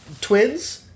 twins